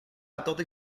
l’attente